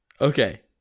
okay